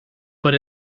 but